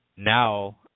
Now